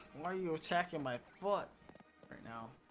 are your checking my fund but now